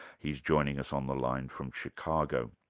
he's joining us on the line from chicago.